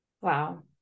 Wow